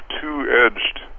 two-edged